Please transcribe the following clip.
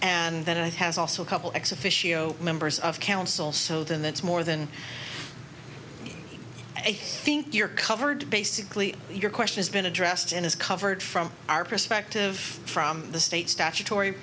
and then i has also couple ex officio members of council so then that's more than a think you're covered basically your question has been addressed and is covered from our perspective from the state statutory